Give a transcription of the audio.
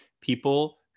people